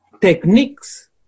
techniques